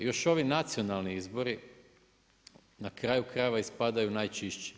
Još ovi nacionalni izbori na kraju krajeva ispadaju najčišći.